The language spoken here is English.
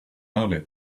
early